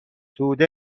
توده